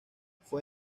fue